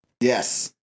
Yes